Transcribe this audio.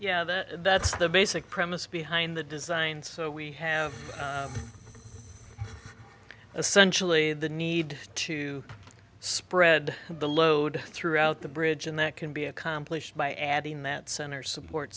yeah that's the basic premise behind the design so we have essentially the need to spread the load throughout the bridge and that can be accomplished by adding that center support